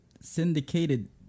syndicated